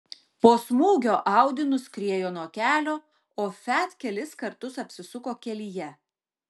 po smūgio audi nuskriejo nuo kelio o fiat kelis kartus apsisuko kelyje